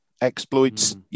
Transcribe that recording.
exploits